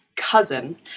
cousin